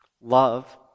Love